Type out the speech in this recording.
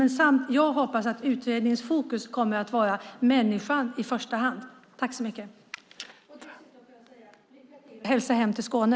Jag hoppas att utredningens fokus kommer att vara människan. Jag vill också önska lycka till. Och hälsa hem till Skåne!